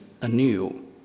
anew